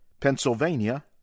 Pennsylvania